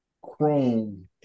Chrome